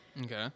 okay